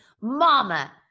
mama